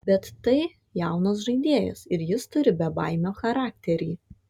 bet tai jaunas žaidėjas ir jis turi bebaimio charakterį